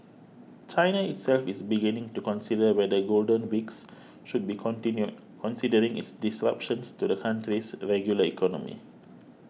China itself is beginning to consider whether Golden Weeks should be continued considering its disruptions to the country's regular economy